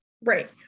right